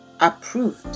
approved